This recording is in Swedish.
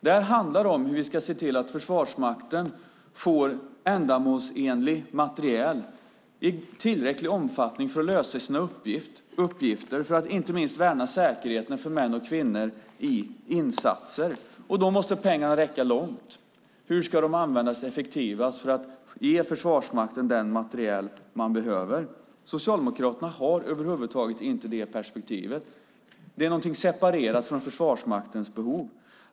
Detta handlar om hur vi ska se till att Försvarsmakten får ändamålsenlig materiel i tillräcklig omfattning för att lösa sina uppgifter, inte minst att värna säkerheten för män och kvinnor i insatser. Då måste pengarna räcka långt. Hur ska de användas effektivast för att ge Försvarsmakten den materiel som behövs? Socialdemokraterna har över huvud taget inte det perspektivet. Det är någonting separerat från Försvarsmaktens behov.